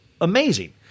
amazing